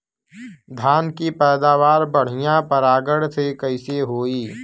धान की पैदावार बढ़िया परागण से कईसे होई?